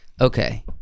Okay